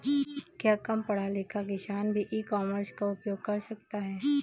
क्या कम पढ़ा लिखा किसान भी ई कॉमर्स का उपयोग कर सकता है?